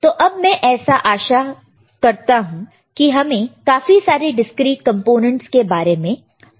तो अब मैं ऐसी आशा करता हूं कि हमें काफी सारे डिस्क्रीट कंपोनेंटस के बारे में पता है